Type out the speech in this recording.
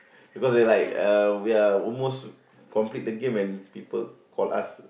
because they like uh we are almost complete the game and these people call us